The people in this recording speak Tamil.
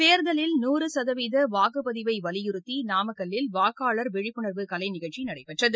தேர்தலில் நூறு சதவீத வாக்குப்பதிவை வலியுறுத்தி நாமக்கல்லில் வாக்காளர் விழிப்புணர்வு கலை நிகழ்ச்சி நடைபெற்றது